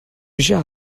eisiau